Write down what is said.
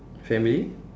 family